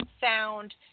sound